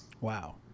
Wow